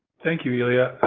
thank you, ilya.